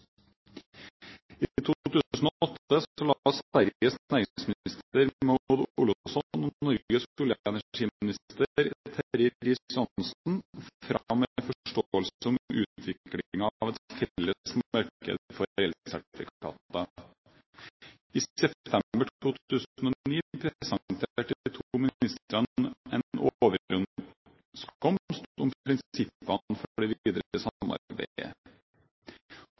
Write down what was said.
I 2008 la Sveriges næringsminister Maud Olofsson og Norges olje- og energiminister Terje Riis-Johansen fram en forståelse om utviklingen av et felles marked for elsertifikater. I september 2009 presenterte de to ministrene en overenskomst om prinsippene for det